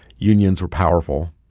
unions were powerful.